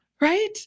right